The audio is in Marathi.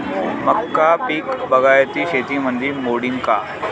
मका पीक बागायती शेतीमंदी मोडीन का?